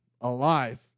alive